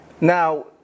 Now